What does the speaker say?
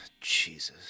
Jesus